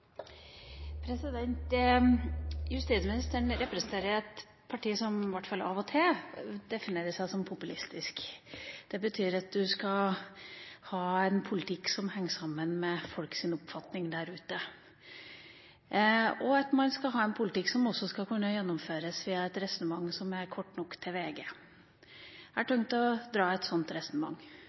Justisministeren representerer et parti som i hvert fall av og til definerer seg som populistisk. Det betyr at man skal ha en politikk som henger sammen med folks oppfatning der ute, og at man skal ha en politikk som også skal kunne gjennomføres via et resonnement som er kort nok for VG. Jeg har tenkt å dra et sånt resonnement.